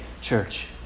church